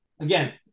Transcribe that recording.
Again